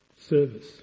service